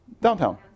Downtown